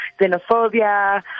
xenophobia